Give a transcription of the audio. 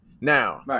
Now